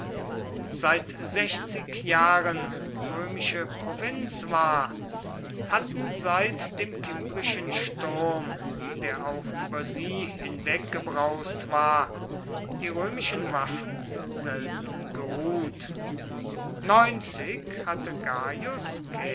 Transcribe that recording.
seit sechzig jahren römische provinz war hatten seit dem kimbrischen sturm der auch über sie hingebraust war die römischen waffen selten geruht hatte